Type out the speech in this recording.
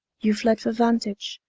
you fled for vantage,